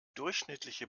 durchschnittliche